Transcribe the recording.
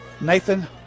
Nathan